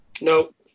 Nope